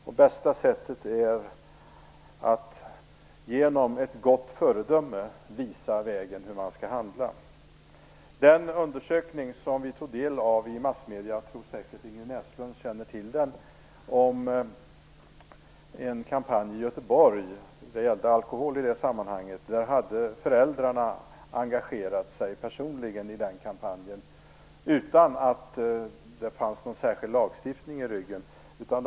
Det bästa sättet är att genom ett gott föredöme visa vägen för hur man skall handla. I en undersökning som vi tog del av i massmedierna - jag tror säkert att Ingrid Näslund känner till den - berättades om en kampanj mot alkohol i Göteborg där föräldrarna hade engagerat sig personligen utan att ha någon särskild lagstiftning i ryggen.